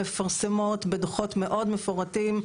מפרסמות בדו"חות מאוד מפורטים,